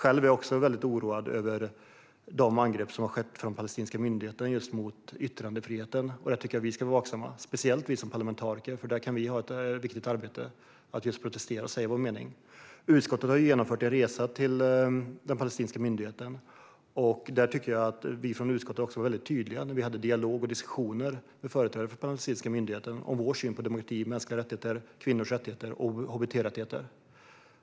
Jag är själv oroad över den palestinska myndighetens angrepp mot yttrandefriheten, och jag tycker att speciellt vi parlamentariker ska vara vaksamma eftersom vi kan ha en viktig uppgift i att protestera och säga vår mening. Utskottet besökte ju den palestinska myndigheten, och vi var mycket tydliga i vår dialog och våra diskussioner med företrädare för den palestinska myndigheten om vår syn på demokrati, mänskliga rättigheter, kvinnors rättigheter och hbt-rättigheter.